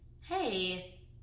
hey